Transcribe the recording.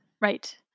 Right